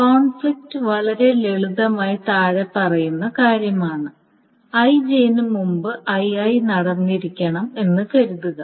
conflict വളരെ ലളിതമായി താഴെ പറയുന്ന കാര്യമാണ് Ij ന് മുമ്പ് Ii നടന്നിരിക്കണം എന്ന് കരുതുക